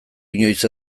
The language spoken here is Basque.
inoiz